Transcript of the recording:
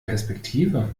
perspektive